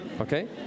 okay